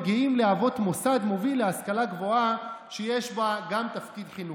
וגאים להוות מוסד מוביל להשכלה גבוהה" שיש בו גם תפקיד חינוכי.